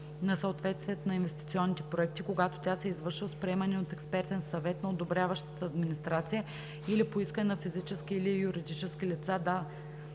на съответствието на инвестиционните проекти, когато тя се извършва с приемане от експертен съвет на одобряващата администрация или по искане на физически или юридически лица,